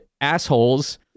assholes